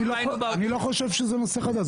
אני לא חושב שזה נושא חדש.